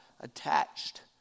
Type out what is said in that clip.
attached